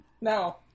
No